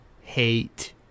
hate